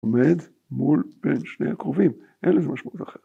‫עומד מול, בין שני הקרובים. ‫אין לזה משמעות אחרת.